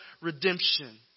redemption